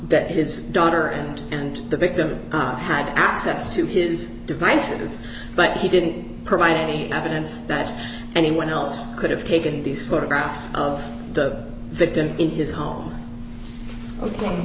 that his daughter and and the victim had access to his devices but he didn't provide any evidence that anyone else could have taken these photographs of the victim in his home